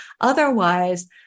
Otherwise